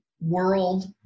world